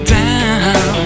down